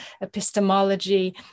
epistemology